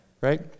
Right